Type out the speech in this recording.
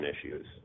issues